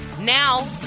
Now